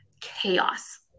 chaos